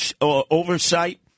oversight